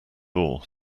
door